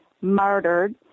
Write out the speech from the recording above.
murdered